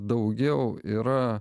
daugiau yra